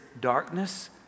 darkness